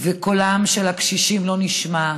וקולם של הקשישים לא נשמע.